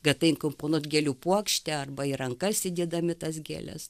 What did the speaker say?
kad tai įkomponuot gėlių puokštę arba į rankas įdėdami tas gėles